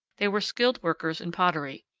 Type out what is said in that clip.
they were skilled workers in pottery.